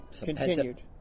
Continued